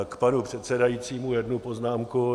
K panu předsedajícímu jednu poznámku.